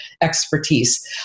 expertise